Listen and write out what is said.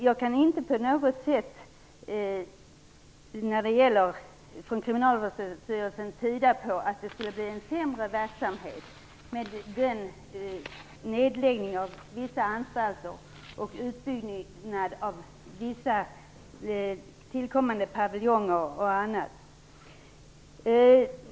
Jag kan inte förstå det som att det på något sätt skulle bli en sämre verksamhet i och med nedläggningen av vissa anstalter och utbyggnaden av vissa tillkommande paviljonger och annat.